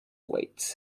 wait